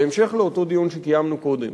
בהמשך לאותו דיון שקיימנו קודם,